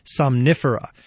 somnifera